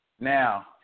Now